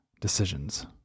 decisions